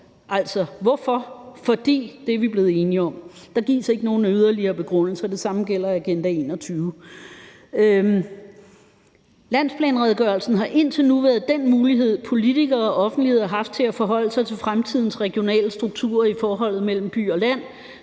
Altså, hvorfor? Fordi vi er blevet enige om det. Der gives ikke nogen yderligere begrundelse. Det samme gælder Agenda 21. Landsplanredegørelsen har indtil nu været den mulighed, politikerne og offentligheden har haft, til at forholde sig til fremtidens regionale strukturer i forholdet mellem by og land